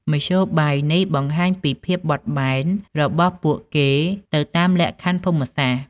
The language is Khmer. មធ្យោបាយនេះបង្ហាញពីភាពបត់បែនរបស់ពួកគេទៅតាមលក្ខខណ្ឌភូមិសាស្ត្រ។